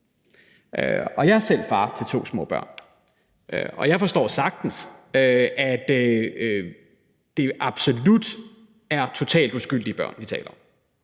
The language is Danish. Jeg er selv far til to små børn, og jeg forstår sagtens, at det absolut er totalt uskyldige børn, vi taler om.